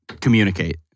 communicate